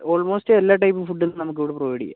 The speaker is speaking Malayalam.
ഓൾമോസ്റ്റ് എല്ലാ ടൈപ്പ് ഫുഡും നമുക്ക് ഇവിടെ പ്രൊവൈഡ് ചെയ്യാം